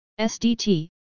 SDT